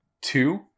two